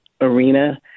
arena